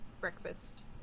breakfast